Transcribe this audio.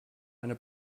eine